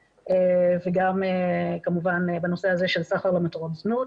וגם כמובן בנושא הזה של סחר למטרות זנות.